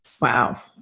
Wow